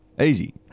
easy